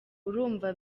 urumva